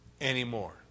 anymore